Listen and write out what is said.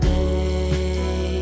day